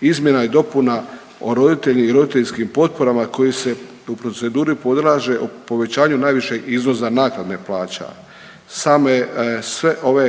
Izmjena i dopuna o roditelju i roditeljskim potporama koji se u proceduri …/Govornik se ne razumije./… u povećanju najvišeg iznosa naknade plaća samo je sve ovo